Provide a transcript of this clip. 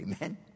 Amen